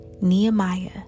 Nehemiah